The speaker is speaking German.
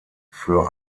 für